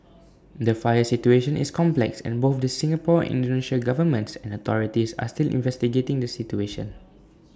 the fire situation is complex and both the Singapore Indonesia governments and authorities are still investigating the situation